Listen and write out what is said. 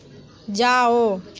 जाओ